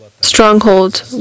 stronghold